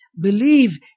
believe